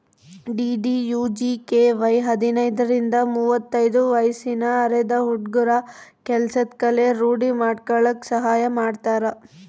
DDUGKY ಹದಿನೈದರಿಂದ ಮುವತ್ತೈದು ವಯ್ಸಿನ ಅರೆದ ಹುಡ್ಗುರ ಕೆಲ್ಸದ್ ಕಲೆ ರೂಡಿ ಮಾಡ್ಕಲಕ್ ಸಹಾಯ ಮಾಡ್ತಾರ